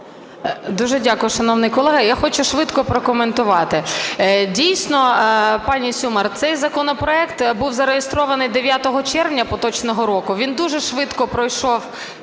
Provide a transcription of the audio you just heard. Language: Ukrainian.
Дуже дякую, шановний колего. Я хочу швидко прокоментувати. Дійсно, пані Сюмар, цей законопроект був зареєстрований 9 червня поточного року. Він дуже швидко пройшов